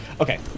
Okay